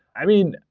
i mean,